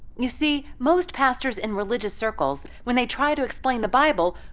you see, most pastors in religious circles, when they try to explain the bible,